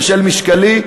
בשל משקלי,